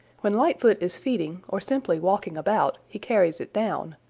when lightfoot is feeding or simply walking about he carries it down,